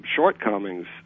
shortcomings